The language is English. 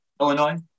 Illinois